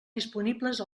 disponibles